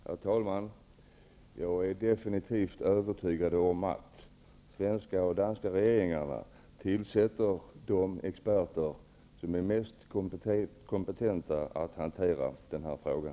Herr talman! Jag är övertygad om att de svenska och danska regeringarna tillsätter de experter som är mest kompetenta att hantera frågan.